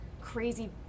crazy